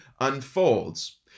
unfolds